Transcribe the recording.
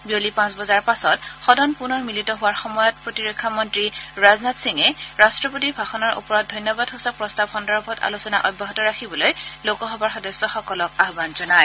বিয়লি পাঁচ বজাৰ পিছত সদন পুনৰ মিলিত হোৱাৰ সময়ত প্ৰতিৰক্ষামন্ত্ৰী ৰাজনাথ সিঙে ৰাট্টপতিৰ ভাষণৰ ওপৰত ধন্যবাদসূচক প্ৰস্তাৱ সন্দৰ্ভত আলোচনা অব্যাহত ৰাখিবলৈ লোকসভাৰ সদস্যসকলক আহ্বান জনায়